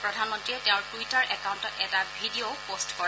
প্ৰধানমন্ত্ৰীয়ে তেওঁৰ টুইটাৰ একাউণ্টত এটা ভিডিঅ'ও প'ষ্ট কৰে